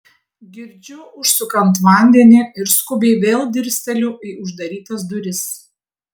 girdžiu užsukant vandenį ir skubiai vėl dirsteliu į uždarytas duris